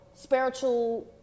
spiritual